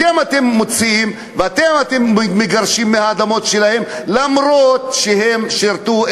אותם אתם מוציאים ואותם אתם מגרשים מהאדמות שלהם למרות שהם שירתו,